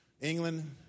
England